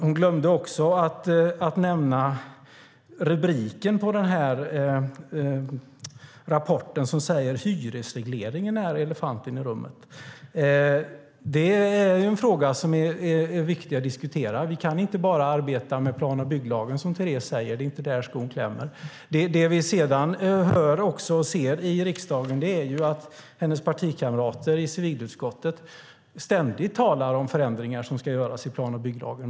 Hon glömde också att nämna rubriken på den här rapporten som säger att hyresregleringen är elefanten i rummet. Det är en fråga som är viktig att diskutera. Vi kan inte bara arbeta med plan och bygglagen, som Teres säger, för det är inte där skon klämmer. Det vi sedan hör och ser i riksdagen är att hennes partikamrater i civilutskottet ständigt talar om förändringar som ska göras i plan och bygglagen.